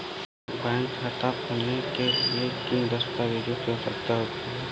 Bank खाता खोलने के लिए किन दस्तावेजों की आवश्यकता होती है?